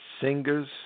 singers